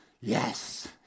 Yes